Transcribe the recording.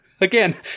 Again